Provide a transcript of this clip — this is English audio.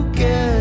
get